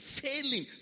failing